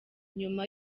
nyuma